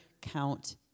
count